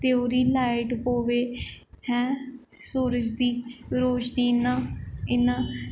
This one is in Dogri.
ते ओह्दे लाईट पवै हैं सूरज़ दी रोशनी इ'यां इ'यां